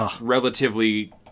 relatively